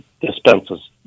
dispenses